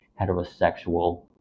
heterosexual